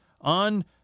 On